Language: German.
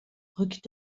rückt